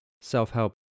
self-help